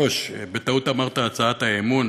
אדוני היושב-ראש, בטעות אמרת "הצעת האמון".